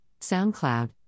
SoundCloud